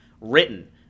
written